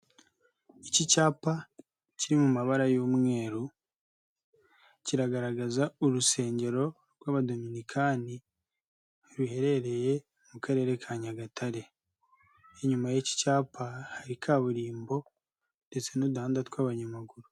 Iki cyapa kiri mu mabara y'umweru kiragaragaza urusengero rw'Abadominikani ruherereye mu karere ka Nyagatare. Inyuma y'iki cyapa hari kaburimbo ndetse n'uduhanda tw'abanyamaguru.